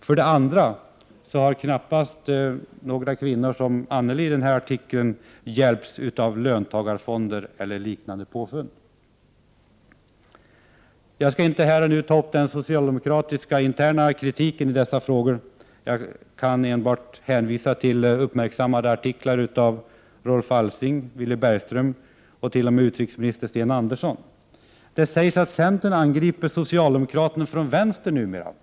För det andra har knappast några kvinnor i samma situation som Anneli i artikeln hjälpts av löntagarfonder eller liknande påfund. Jag skall inte nu ta upp den interna socialdemokratiska kritiken i dessa frågor. Jag hänvisar enbart till uppmärksammade artiklar av Rolf Alsing, av Villy Bergström och t.o.m. av utrikesminister Sten Andersson. Det sägs att centern angriper socialdemokratin från vänster numera.